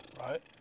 right